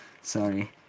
Sorry